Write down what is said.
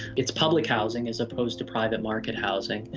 it's public housing, as opposed to private market housing,